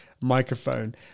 microphone